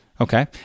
Okay